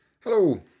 Hello